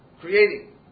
creating